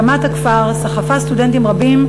הקמת הכפר סחפה סטודנטים רבים,